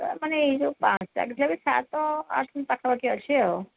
ମାନେ ଏଇ ଯୋଉ ପାଞ୍ଚରୁ ସାତ ଆଠ ପାଖାପାଖି ଅଛି ଆଉ